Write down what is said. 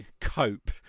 cope